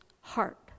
heart